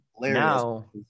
now